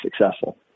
successful